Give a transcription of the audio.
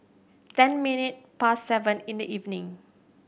ten minutes past seven in the evening